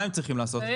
מה הם צריכים לעשות?